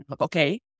Okay